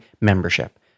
membership